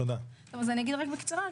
אגיד רק בקצרה.